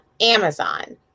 Amazon